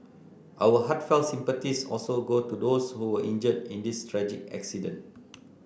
our heartfelt sympathies also go to those who were injured in this tragic accident